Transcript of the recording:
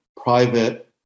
private